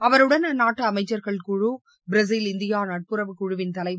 அவருடன் அந்நாட்டு அமைச்சர்கள் குழு பிரேசில் இந்தியா நட்புறவு குழுவின் தலைவர்